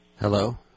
Hello